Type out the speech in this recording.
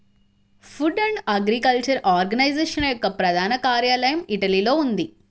food and agriculture organization యొక్క ప్రధాన కార్యాలయం ఇటలీలో ఉంది